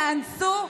יאנסו,